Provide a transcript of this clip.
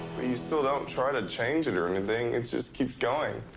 you still don't try to change it or anything. it just keeps going.